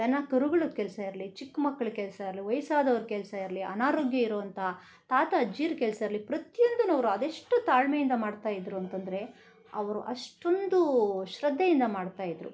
ದನ ಕರುಗಳ ಕೆಲಸ ಇರಲಿ ಚಿಕ್ಕ ಮಕ್ಳ ಕೆಲಸ ಇರಲಿ ವಯಸ್ಸಾದವರ ಕೆಲಸ ಇರಲಿ ಅನಾರೋಗ್ಯ ಇರೋವಂಥ ತಾತ ಅಜ್ಜಿಯರ ಕೆಲಸ ಇರಲಿ ಪ್ರತಿಯೊಂದನ್ನು ಅವರು ಅದೆಷ್ಟು ತಾಳ್ಮೆಯಿಂದ ಮಾಡ್ತಾ ಇದ್ರು ಅಂತೆಂದ್ರೆ ಅವರು ಅಷ್ಟೊಂದು ಶ್ರದ್ದೆಯಿಂದ ಮಾಡ್ತಾ ಇದ್ರು